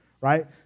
right